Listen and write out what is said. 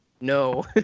No